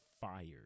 fired